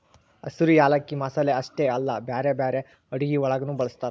ಹಸಿರು ಯಾಲಕ್ಕಿ ಮಸಾಲೆ ಅಷ್ಟೆ ಅಲ್ಲಾ ಬ್ಯಾರೆ ಬ್ಯಾರೆ ಅಡುಗಿ ಒಳಗನು ಬಳ್ಸತಾರ್